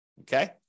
Okay